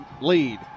lead